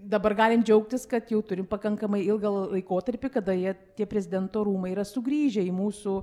dabar galim džiaugtis kad jau turim pakankamai ilgą laikotarpį kada jie tie prezidento rūmai yra sugrįžę į mūsų